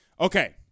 Okay